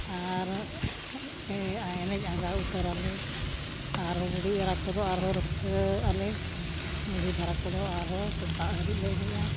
ᱟᱨ ᱮᱱᱮᱡ ᱟᱸᱜᱟ ᱩᱛᱟᱹᱨᱟᱞᱮ ᱟᱨᱦᱚᱸ ᱵᱩᱰᱷᱤ ᱮᱨᱟ ᱠᱚᱫᱚ ᱟᱨᱦᱚᱸ ᱨᱟᱹᱥᱠᱟᱹᱜ ᱟᱞᱮ ᱵᱩᱰᱷᱤ ᱫᱷᱟᱨᱟ ᱠᱚᱫᱚ ᱟᱨᱦᱚᱸ ᱥᱮᱛᱟᱜ ᱦᱟᱹᱨᱤᱡᱞᱮ ᱮᱱᱮᱡᱼᱟ